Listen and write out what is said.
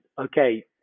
okay